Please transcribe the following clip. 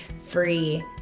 free